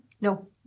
No